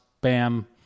bam